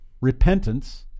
repentance